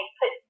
put